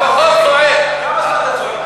אני לפחות צועק,